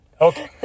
Okay